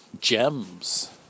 gems